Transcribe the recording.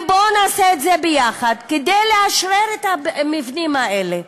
ובואו נעשה את זה ביחד, כדי לאשרר את המבנים האלה.